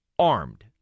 armed